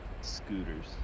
scooters